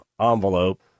envelope